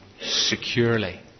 securely